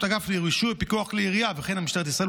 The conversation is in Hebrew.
אגף לרישוי ופיקוח כלי ירייה וכן על משטרת ישראל,